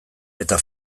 eta